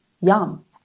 yum